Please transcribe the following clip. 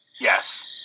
Yes